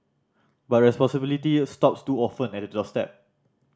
but responsibility stops too often at the doorstep